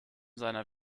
seiner